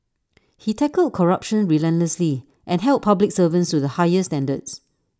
he tackled corruption relentlessly and held public servants to the highest standards